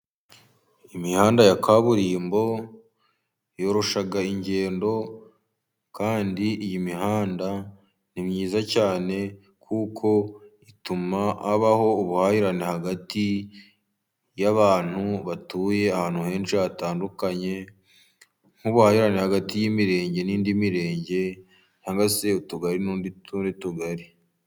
Imihanda ya kaburimbo yoroshya ingendo, kandi iyi mihanda ni myiza cyane, kuko ituma habaho ubuhahirane hagati y'abantu batuye ahantu henshi hatandukanye, nk'ubuhahirane hagati y'imirenge n'indi mirenge, cyagwa se utugari n'utundi tugari.